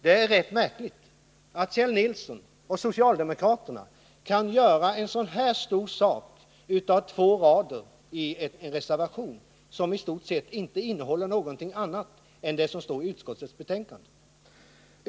Det är rätt märkligt att Kjell Nilsson m.fl. socialdemokrater kan göra en så stor sak av två rader i en reservation som i stort sett inte innehåller något utöver vad utskottet skriver.